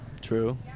True